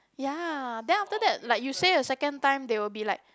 ya then after that like you say a second time they will be like